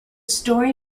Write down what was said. story